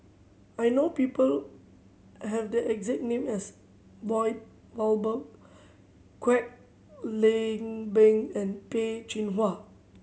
I know people I have the exact name as Lloyd Valberg Kwek Leng Beng and Peh Chin Hua